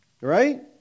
right